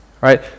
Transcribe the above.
right